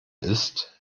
isst